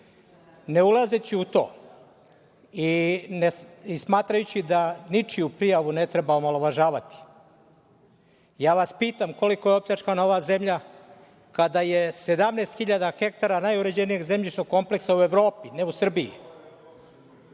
Ne ulazeći u to i ne smatrajući da ničiju prijavu ne treba omalovažavati, ja vas pitam – koliko je opljačkana ova zemlja, kada je 17.000 hektara najuređenijeg zemljišnog kompleksa u Evropi, ne u Srbiji,